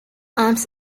arms